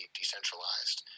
decentralized